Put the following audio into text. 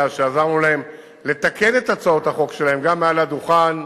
שעזרנו להם לתקן את הצעות החוק שלהם גם מעל הדוכן,